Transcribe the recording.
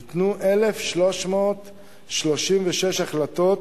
ניתנו 1,336 החלטות,